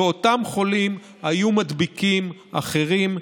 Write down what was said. ואותם חולים היו מדביקים אחרים,